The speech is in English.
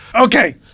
okay